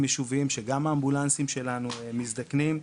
יישוביים שגם האמבולנסים שלנו מזדקנים,